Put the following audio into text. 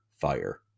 fire